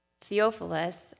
Theophilus